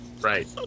Right